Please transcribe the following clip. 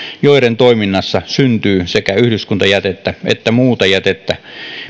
joiden toiminnassa syntyy sekä yhdyskuntajätettä että muuta jätettä